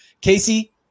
Casey